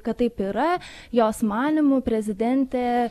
kad taip yra jos manymu prezidentė